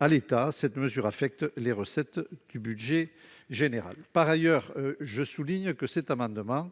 à l'État, cette mesure impacterait les recettes du budget général. Mes chers collègues, je